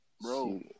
Bro